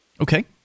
Okay